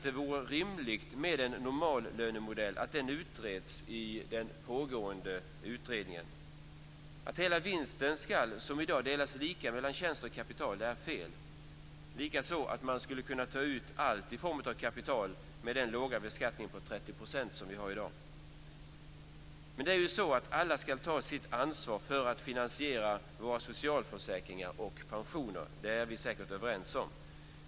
Det är rimligt att en normallönemodell utreds i den pågående utredningen. Att hela vinsten ska delas lika mellan tjänst och kapital, som i dag, är fel, likaså att man skulle kunna ta ut allt i form av kapital med den låga beskattningen på 30 % som vi har i dag. Det är ju så att alla ska ta sitt ansvar för att finansiera våra socialförsäkringar och pensioner. Det är vi säkert överens om.